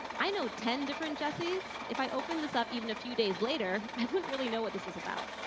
i know ten different jesses. if i open this up even a few days later, i wouldn't really know what this was about.